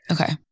Okay